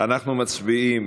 אנחנו מצביעים